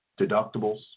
deductibles